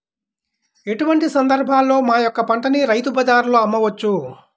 ఎటువంటి సందర్బాలలో మా యొక్క పంటని రైతు బజార్లలో అమ్మవచ్చు?